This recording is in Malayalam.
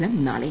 ഫലം നാളെ